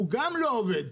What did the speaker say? הוא גם לא עובד.